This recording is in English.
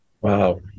Wow